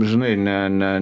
žinai ne ne